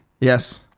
yes